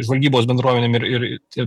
žvalgybos bendruomenėm ir ir ir